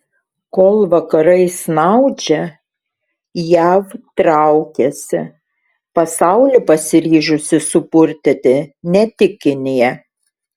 kol vakarai snaudžia jav traukiasi pasaulį pasiryžusi supurtyti ne tik kinija